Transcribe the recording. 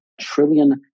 trillion